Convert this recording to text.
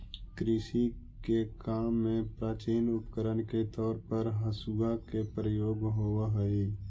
कृषि के काम में प्राचीन उपकरण के तौर पर हँसुआ के प्रयोग होवऽ हई